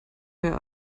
der